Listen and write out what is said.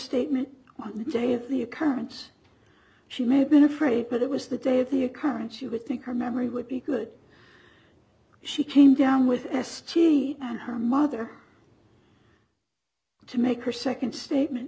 statement on the day of the occurrence she may have been afraid but it was the day of the occurrence she would think her memory would be good she came down with s t and her mother to make her second statement